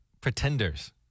pretenders